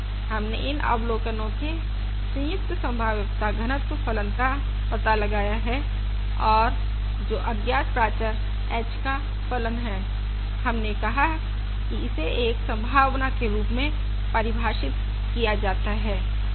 हमने इन अवलोकनों के संयुक्त संभाव्यता घनत्व फलन का पता लगाया और जो अज्ञात प्राचर h का फलन है हमने कहा कि इसे एक संभावना के रूप में परिभाषित किया जाता है